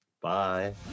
Bye